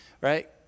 right